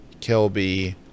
Kelby